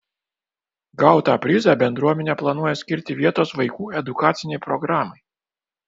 gautą prizą bendruomenė planuoja skirti vietos vaikų edukacinei programai